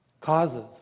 causes